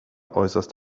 äußerst